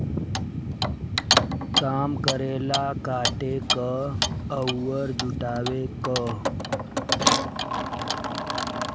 काम करेला काटे क अउर जुटावे क